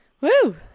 Woo